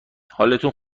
حالتون